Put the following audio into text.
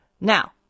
Now